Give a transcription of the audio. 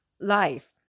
life